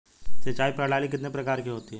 सिंचाई प्रणाली कितने प्रकार की होती हैं?